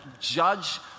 Judge